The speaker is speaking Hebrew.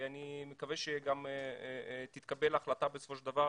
ואני מקווה שגם תתקבל החלטה בסופו של דבר,